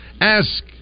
Ask